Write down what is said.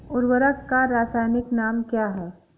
उर्वरक का रासायनिक नाम क्या है?